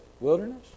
wilderness